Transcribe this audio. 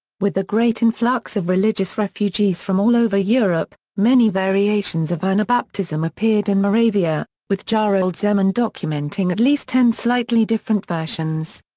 with the great influx of religious refugees from all over europe many variations of anabaptism appeared in moravia, with jarold zeman documenting at least ten slightly different versions.